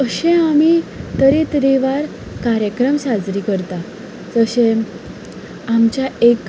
अशे आमी तरे तरेकवार कार्यक्रम साजरे करता जशे आमच्या एक